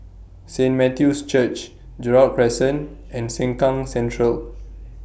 Saint Matthew's Church Gerald Crescent and Sengkang Central